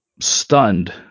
stunned